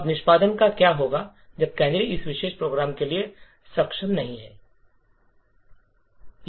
अब निष्पादन का क्या होगा जब कैनरी इस विशेष प्रोग्राम के लिए सक्षम नहीं हैं